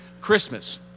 Christmas